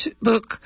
book